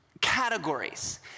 categories